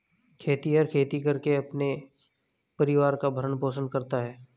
खेतिहर खेती करके अपने परिवार का भरण पोषण करता है